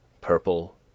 purple